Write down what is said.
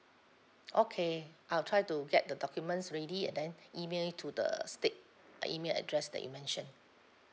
okay I'll try to get the documents ready and then email it to the state uh email address that you mentioned